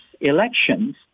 elections